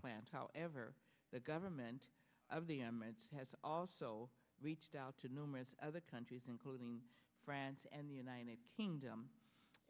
plant however the government of the emirates has also reached out to numerous other countries including france and the united kingdom